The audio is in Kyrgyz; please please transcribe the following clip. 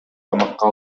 камакка